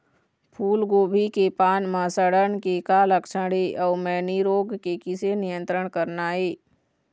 फूलगोभी के पान म सड़न के का लक्षण ये अऊ मैनी रोग के किसे नियंत्रण करना ये?